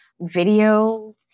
video